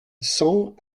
cent